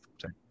sorry